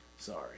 Sorry